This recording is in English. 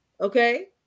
Okay